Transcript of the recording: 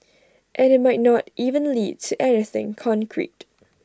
and IT might not even lead to anything concrete